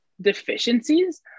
deficiencies